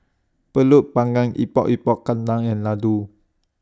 Pulut Panggang Epok Epok Kentang and Laddu